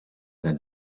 dal